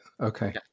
Okay